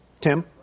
Tim